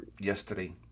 yesterday